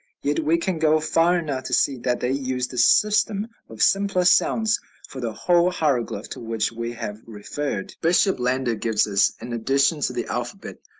yet we can go far enough to see that they used the system of simpler sounds for the whole hieroglyph to which we have referred. bishop landa gives us, in addition to the alphabet,